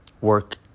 work